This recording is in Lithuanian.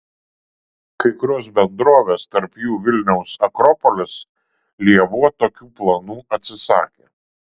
kai kurios bendrovės tarp jų vilniaus akropolis lėvuo tokių planų atsisakė